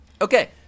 Okay